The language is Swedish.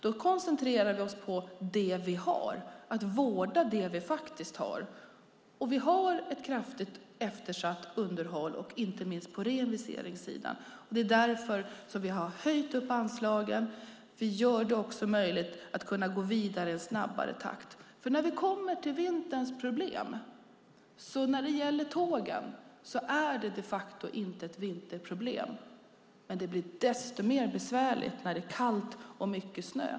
Vi koncentrerar oss på att vårda det vi har. Vi har ett kraftigt eftersatt underhåll inte minst på reinvesteringssidan. Det är därför som vi har höjt anslagen. Det gör det också möjligt att kunna gå vidare i snabbare takt. Problem i vinter när det gäller tågen är de facto inte ett vinterproblem. Men det blir desto mer besvärligt när det är kallt och mycket snö.